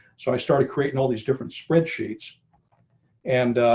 so i started creating all these different spreadsheets and